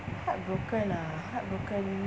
heartbroken ah heartbroken